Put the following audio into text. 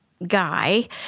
Guy